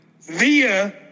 via